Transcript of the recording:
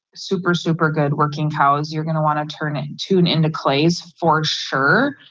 super, super good working cows, you're gonna want to turn it tune into clays for sure.